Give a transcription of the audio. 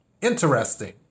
interesting